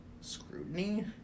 scrutiny